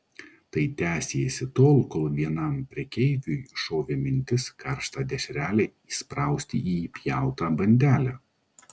tai tęsėsi tol kol vienam prekeiviui šovė mintis karštą dešrelę įsprausti į įpjautą bandelę